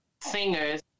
singers